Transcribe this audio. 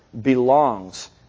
belongs